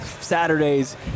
Saturdays